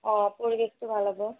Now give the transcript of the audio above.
অঁ পৰিৱেশটো ভাল হ'ব